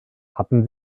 hatten